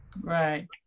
Right